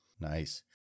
Nice